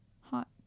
Hot